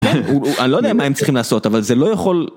אני לא יודע מה הם צריכים לעשות אבל זה לא יכול...